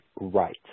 Right